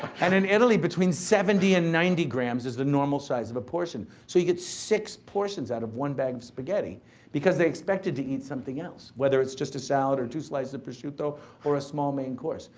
and in italy, between seventy and ninety grams is the normal size of a portion. so, you get six portions out of one bag of spaghetti because they expected to eat something else, whether it's just a salad or two slices of prosciutto or a small main course.